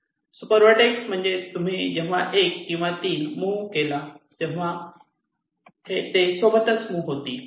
super vertex म्हणजे तुम्ही जेव्हा 1 किंवा 3 मुव्ह तेव्हा हा ते सोबतच मुव्ह होतील